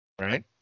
right